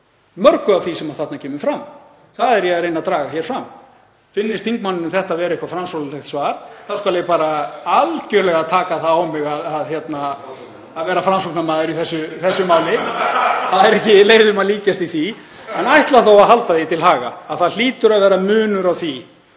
mörgu af því sem þarna kemur fram. Það er ég að reyna að draga hér fram. Finnist þingmanninum þetta vera framsóknarlegt svar þá skal ég bara algjörlega taka það á mig að vera Framsóknarmaður í þessu máli. Það er ekki leiðum að líkjast í því en ætla þó að halda því til haga að það hlýtur að vera munur á því